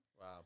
Wow